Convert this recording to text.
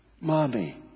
Mommy